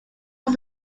was